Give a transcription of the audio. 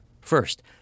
First